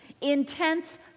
intense